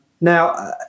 now